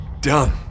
done